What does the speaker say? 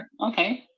Okay